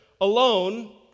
alone